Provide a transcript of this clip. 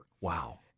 Wow